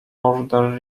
order